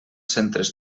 centres